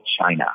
China